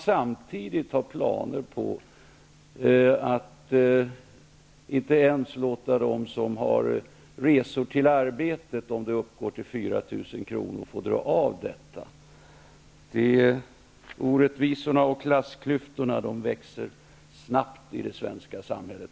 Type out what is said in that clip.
Samtidigt har man planer på att inte ens låta dem som har resor till arbetet, om de uppgår till 4 000 kr., dra av det. Orättvisorna och klassklyftorna växer för närvarande snabbt i det svenska samhället.